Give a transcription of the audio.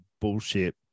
bullshit